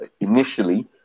initially